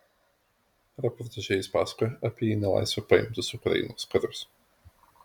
reportaže jis pasakoja apie į nelaisvę paimtus ukrainos karius